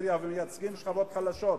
בפריפריה ומייצגים שכבות חלשות.